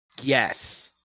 Yes